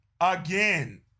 again